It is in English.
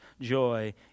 joy